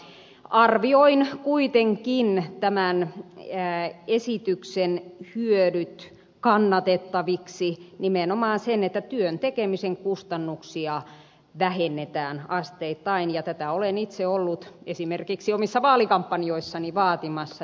mutta arvioin kuitenkin tämän esityksen hyödyt kannatettaviksi nimenomaan siksi että työn tekemisen kustannuksia vähennetään asteittain ja tätä olen itse ollut esimerkiksi omissa vaalikampanjoissani vaatimassa